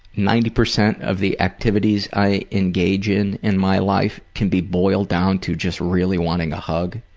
ninety percent of the activities i engage in in my life can be boiled down to just really wanting a hug.